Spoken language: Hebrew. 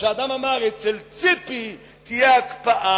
או שאדם אמר: אצל ציפי תהיה הקפאה,